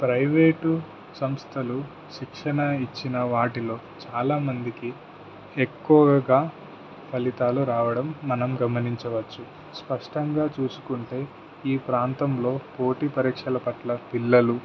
private సంస్థలు శిక్షణ ఇచ్చిన వాటిలో చాలామందికి ఎక్కువగా ఫలితాలు రావడం మనం గమనించవచ్చు స్పష్టంగా చూసుకుంటే ఈ ప్రాంతంలో పోటీ పరీక్షల పట్ల పిల్లలు